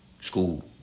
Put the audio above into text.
school